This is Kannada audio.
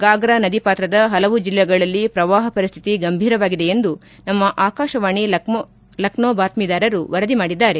ಗಾಗ್ರಾ ನದಿ ಪಾತ್ರದ ಹಲವು ಜಿಲ್ಲೆಗಳಲ್ಲಿ ಪ್ರವಾಹ ಪರಿಸ್ಟಿತಿ ಗಂಭೀರವಾಗಿದೆ ಎಂದು ನಮ್ನ ಆಕಾಶವಾಣಿ ಲಕ್ನೋ ಬಾತ್ನೀದಾರರು ವರದಿ ಮಾಡಿದ್ದಾರೆ